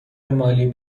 مالی